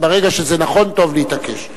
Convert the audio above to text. ברגע שזה נכון, טוב להתעקש.